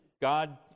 God